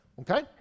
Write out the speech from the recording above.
okay